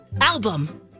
Album